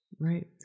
Right